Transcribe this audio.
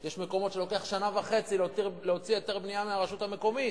יש מקומות שלוקח שנה וחצי להוציא היתר בנייה מהרשות המקומית.